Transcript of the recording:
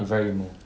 he very emo